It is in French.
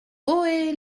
ohé